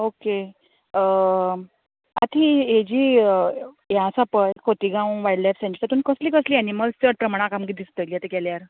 okay आनी हेजी हें आसा पय खोतीगांव वाय्ल्ड लाय्फ सॅन्चुरी तेतूंत कसलीं कसलीं एनिमल्स चड प्रमाणान आमकां दिसतलीं आता गेल्यार